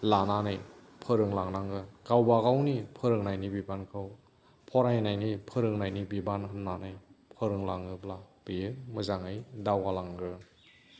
लानानै फोरोंलांनांगोन गावबा गावनि फोरोंनायनि बिबानखौ फरायनायनि फोरोंनायनि बिबान होन्नानै फोरोंलाङोब्ला बेयो मोजाङै दावगालांगोन